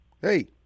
Hey